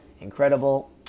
incredible